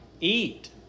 eat